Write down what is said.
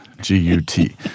G-U-T